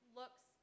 looks